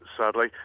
Sadly